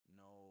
no